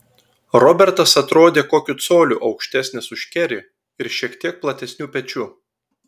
robertas atrodė kokiu coliu aukštesnis už kerį ir šiek tiek platesnių pečių